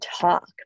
talk